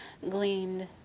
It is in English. gleaned